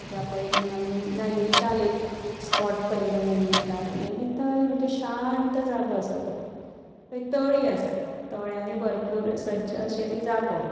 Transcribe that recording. ताच्या पयलीं आमी नयनिताल एक स्पॉट पळयिल्लो नयनिताल म्हणचे शांत जागो असो तो थंय तळीं आसात तळ्यांनी भरपूर सज्ज अशें ती जागो